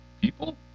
people